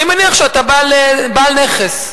אני מניח שאתה בעל נכס.